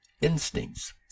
instincts